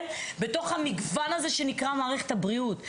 בתוך המנגנון הזה שנקרא מערכת הבריאות.